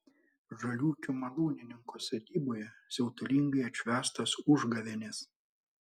žaliūkių malūnininko sodyboje siautulingai atšvęstos užgavėnės